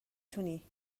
تونی